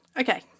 Okay